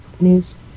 news